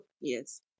Yes